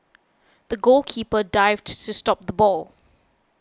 the goalkeeper dived to stop the ball